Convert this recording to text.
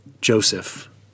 Joseph